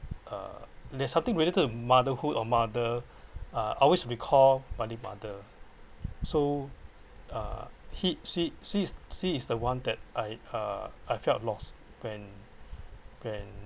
uh there's something related to motherhood or mother uh I always recall my late mother so uh he she she is she is the one that I uh I felt lost when when